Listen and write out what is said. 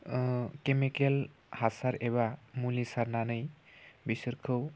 chemical हासार एबा मुलि सारनानै बिसोरखौ